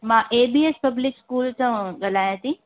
मां A B S public school था ॻाल्हायां थी